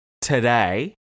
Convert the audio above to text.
today